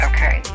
Okay